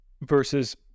versus